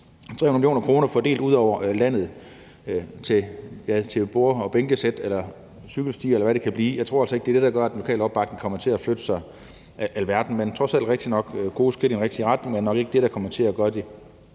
300 mio. kr. fordelt ud over landet til bord-bænke-sæt eller cykelstier, eller hvad det kan blive, tror jeg altså ikke er det der gør, at den lokale opbakning kommer til at flytte sig alverden. Men det er trods alt rigtignok gode skridt i den rigtige retning, men det er nok ikke det, der kommer til at gøre det